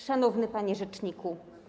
Szanowny Panie Rzeczniku!